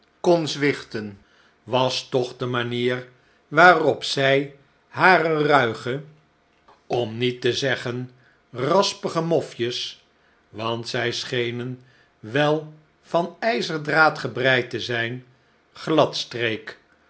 kon zwichten was toch de manier waarop zij hare ruige om mevrouw sparsit krijgt meer en mbbr invloed niet te zeggen raspige mofjes want zij schenen wel van ijzerdraad gebreid te zijn